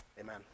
Amen